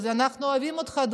אנחנו אוהבים אותך,